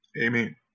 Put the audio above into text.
Amen